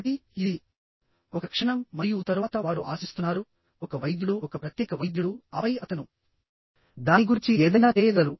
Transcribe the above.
కాబట్టి ఇది ఒక క్షణం మరియు తరువాత వారు ఆశిస్తున్నారుఒక వైద్యుడు ఒక ప్రత్యేక వైద్యుడు ఆపై అతను దాని గురించి ఏదైనా చేయగలరు